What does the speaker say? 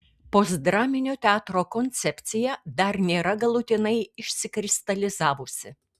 postdraminio teatro koncepcija dar nėra galutinai išsikristalizavusi